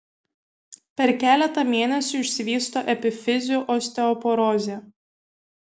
per keletą mėnesių išsivysto epifizių osteoporozė